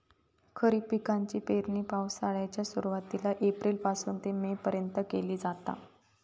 खरीप पिकाची पेरणी पावसाळ्याच्या सुरुवातीला एप्रिल पासून ते मे पर्यंत केली जाता